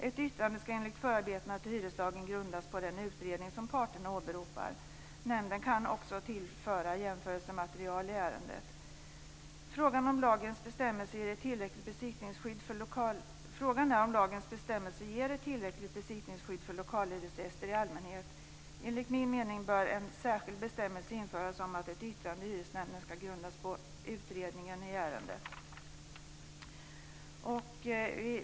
Ett yttrande ska enligt förarbetena till hyreslagen grundas på den utredning som parterna åberopar. Nämnden kan också tillföra jämförelsematerial i ärendet. Frågan är om lagens bestämmelser ger ett tillräckligt besittningsskydd för lokalhyresgäster i allmänhet. Enligt min mening bör en särskild bestämmelse införas om att ett yttrande i hyresnämnden ska grundas på utredningen i ärendet.